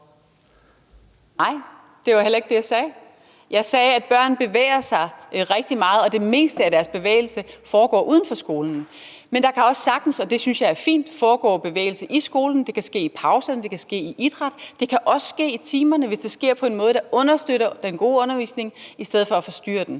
Nej. Det var heller ikke det, jeg sagde. Jeg sagde, at børn bevæger sig rigtig meget, og at det meste af deres bevægelse foregår uden for skolen. Men der kan også sagtens foregå bevægelse i skolen, og det synes jeg er fint. Det kan ske i pauserne, det kan ske i idræt. Det kan også ske i timerne, hvis det sker på en måde, der understøtter den gode undervisning i stedet for at forstyrre den.